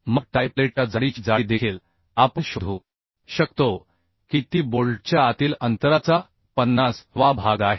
मग टाय प्लेटच्या जाडीची जाडी देखील आपण शोधू शकतो की ती बोल्टच्या आतील अंतराचा 50 वा भाग आहे